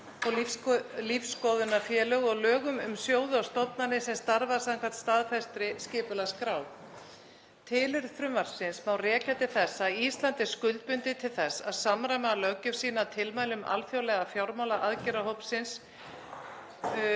og lífsskoðunarfélög og lögum um sjóði og stofnanir sem starfa samkvæmt staðfestri skipulagsskrá. Tilurð frumvarpsins má rekja til þess að Ísland er skuldbundið til þess að samræma löggjöf sína að tilmælum alþjóðlega fjármálaaðgerðahópsins